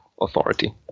authority